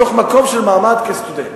מתוך המקום של מעמד הסטודנט.